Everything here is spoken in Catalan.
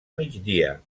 migdia